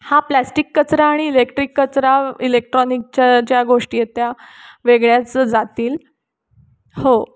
हा प्लॅस्टिक कचरा आणि इलेक्ट्रिक कचरा इलेक्ट्रॉनिकच्या ज्या गोष्टी आहेत त्या वेगळ्याच जातील हो